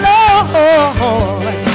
Lord